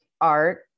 Art